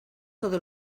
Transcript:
todo